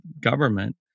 government